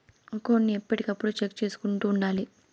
account ను ఎప్పటికప్పుడు check చేసుకుంటూ ఉండాలి